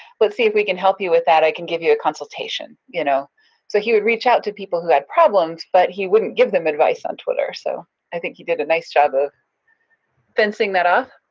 let's see if we can help you with that, i can give you a consultation. y'know. you know so he would reach out to people who had problems, but he wouldn't give them advice on twitter, so i think he did a nice job of fencing that off?